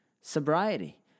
sobriety